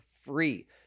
free